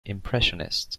impressionist